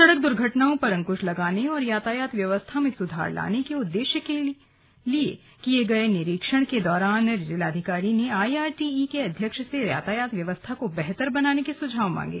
सड़क दुर्घटनाओं पर अंकुश लगाने और यातायात व्यवस्था में सुधार लाने के उद्देश्य के किये गए निरीक्षण के दौरान जिलाधिकारी ने आईआरटीई के अध्यक्ष से यातायात व्यवस्था को बेहतर बनाने के सुझाव मांगे